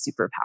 superpower